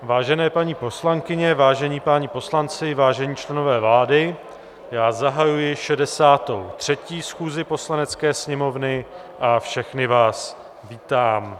Vážené paní poslankyně, vážení páni poslanci, vážení členové vlády, zahajuji 63. schůzi Poslanecké sněmovny a všechny vás vítám.